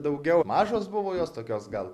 daugiau mažos buvo jos tokios gal